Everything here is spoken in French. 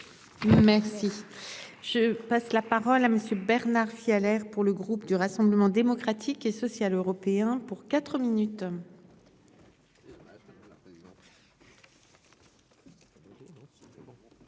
Merci. Je passe la parole à Monsieur Bernard s'il a l'air pour le groupe du Rassemblement démocratique et social européen pour 4 minutes.